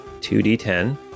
2d10